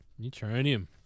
Neutronium